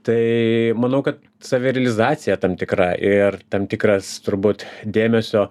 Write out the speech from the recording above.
tai manau kad savirealizacija tam tikra ir tam tikras turbūt dėmesio